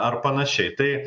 ar panašiai tai